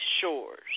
shores